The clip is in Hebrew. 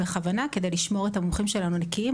בכוונה כדי לשמור את המומחים שלנו נקיים,